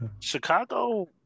Chicago